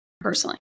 personally